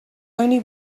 only